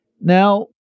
Now